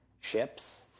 ships